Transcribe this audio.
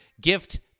gift